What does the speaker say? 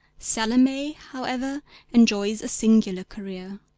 salome however enjoys a singular career.